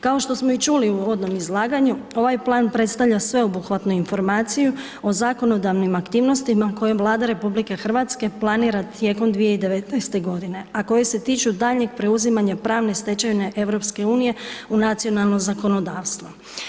Kao što smo i čuli u uvodnom izlaganju ovaj plan predstavlja sveobuhvatnu informaciju o zakonodavnim aktivnostima kojim Vlada RH planira tijekom 2019. godine, a koji se tiču daljnjeg preuzimanja pravne stečevine EU u nacionalno zakonodavstvo.